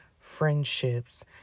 friendships